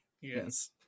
Yes